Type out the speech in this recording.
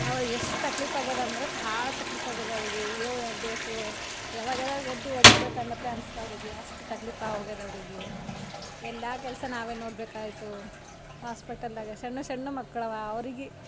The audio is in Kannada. ಅವರು ಎಷ್ಟು ತಕ್ಲಿಪ್ ಆಗ್ಯದ ಅಂದ್ರೆ ಭಾಳ ತಕ್ಲಿಪ್ ಆಗ್ಯಾದ ಅವ್ರಿಗೆ ಏಳು ಎಂಟು ದಿವಸವು ಯಾವಾಗ್ಯಾವಾಗ ಎದ್ದು ಒಡಾಡಬೇಕಂದಪ್ಲೆ ಅನಿಸ್ತು ಅವರಿಗೆ ಅಷ್ಟು ತಕ್ಲಿಪ್ ಆಗಿ ಹೋಗ್ಯಾದ ಅವರಿಗೆ ಎಲ್ಲ ಕೆಲಸ ನಾವೇ ನೋಡಬೇಕಾಯ್ತು ಹಾಸ್ಪಿಟಲ್ದಾಗೆ ಸಣ್ಣ ಸಣ್ಣ ಮಕ್ಕಳವ ಅವ್ರಿಗೆ